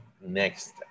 next